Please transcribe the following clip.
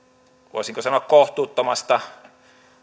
voisinko sanoa kohtuuttomasta